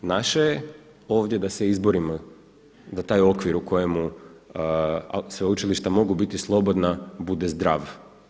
Naše je ovdje da se izborimo da taj okvir u kojemu sveučilišta mogu biti slobodna bude zdrav.